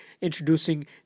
introducing